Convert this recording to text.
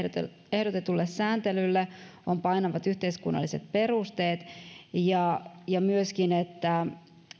ehdotetulle sääntelylle on painavat yhteiskunnalliset perusteet ja ja myöskin että